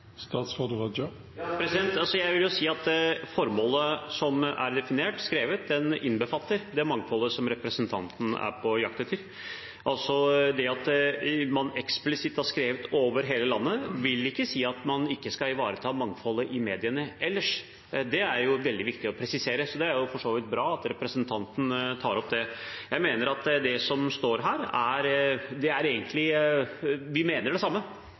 Jeg vil jo si at formålet som er definert, skrevet, det innbefatter det mangfoldet som representanten er på jakt etter. Det at man eksplisitt har skrevet «over hele landet», vil ikke si at man ikke skal ivareta mangfoldet i mediene ellers. Det er veldig viktig å presisere, så det er for så vidt bra at representanten tar opp det. Til det som står her: Vi mener egentlig det samme, jeg må understeke det.